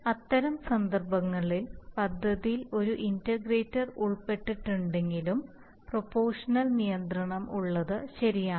അതിനാൽ അത്തരം സന്ദർഭങ്ങളിൽ പദ്ധതിയിൽ ഒരു ഇന്റഗ്രേറ്റർ ഉൾപ്പെട്ടിട്ടില്ലെങ്കിലും പ്രൊപോഷണൽ നിയന്ത്രണം ഉള്ളത് ശരിയാണ്